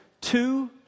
Two